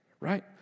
right